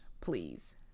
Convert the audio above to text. please